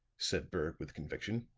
said berg with conviction.